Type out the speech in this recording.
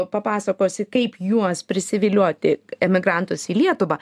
papasakosi kaip juos prisivilioti emigrantus į lietuvą